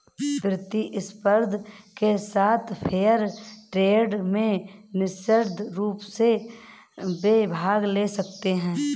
प्रतिस्पर्धा के साथ फेयर ट्रेड में निष्पक्ष रूप से वे भाग ले सकते हैं